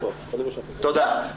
תודה.